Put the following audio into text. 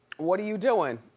what are you doing?